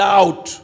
out